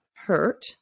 Hurt